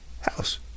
house